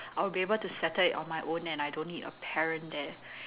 I will be able to settle it on my own and I don't need a parent there